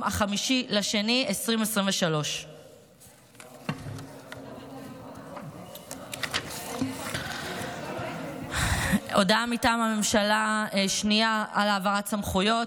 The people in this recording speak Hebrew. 5 בפברואר 2023. הודעה שנייה מטעם הממשלה על העברת סמכויות,